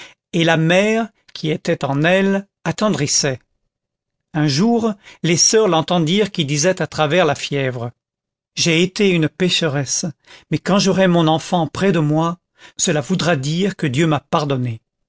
et la mère qui était en elle attendrissait un jour les soeurs l'entendirent qui disait à travers la fièvre j'ai été une pécheresse mais quand j'aurai mon enfant près de moi cela voudra dire que dieu m'a pardonné